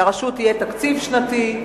לרשות יהיה תקציב שנתי,